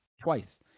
twice